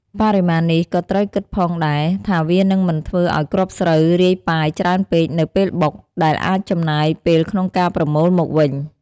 បរិមាណនេះក៏ត្រូវគិតផងដែរ ថាវានឹងមិនធ្វើឱ្យគ្រាប់ស្រូវរាយប៉ាយច្រើនពេកនៅពេលបុក ដែលអាចចំណាយពេលក្នុងការប្រមូលមកវិញ។